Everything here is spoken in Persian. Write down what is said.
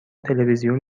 تلویزیون